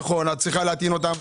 נכון, את צריכה להטעין אותן.